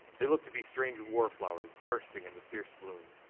they looked to be strange war flowers bursting into fierce bloom.